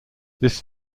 this